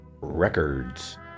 Records